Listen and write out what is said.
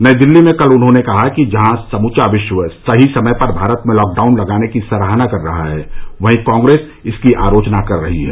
नई दिल्ली में कल उन्होंने कहा कि जहां समूचा विश्व सही समय पर भारत में लॉकडाउन लगाने की सराहना कर रहा है वहीं कांग्रेस इसकी आलोचना कर रही है